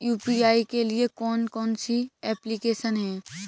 UPI के लिए कौन कौन सी एप्लिकेशन हैं?